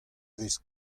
vez